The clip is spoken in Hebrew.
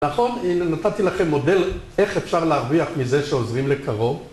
‫נכון? נתתי לכם מודל איך אפשר ‫להרוויח מזה שעוזרים לקרוב